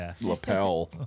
lapel